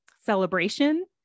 celebration